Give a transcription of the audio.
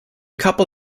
couple